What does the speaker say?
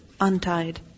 untied